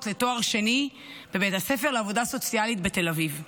לתואר שני בבית הספר לעבודה סוציאלית בתל אביב.